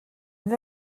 mynd